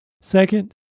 Second